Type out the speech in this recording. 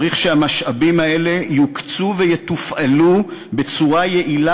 צריך שהמשאבים האלה יוקצו ויתופעלו בצורה יעילה